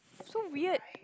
so weird